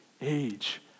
age